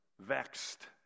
vexed